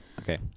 Okay